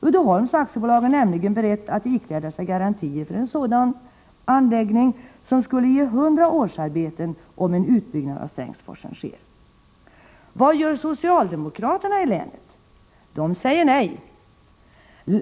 Uddeholms AB är nämligen berett att ikläda sig garantier för en sådan anläggning, som skulle ge 100 årsarbeten, om en utbyggnad av Strängsforsen sker. Vad gör socialdemokraterna i länet? De säger nej.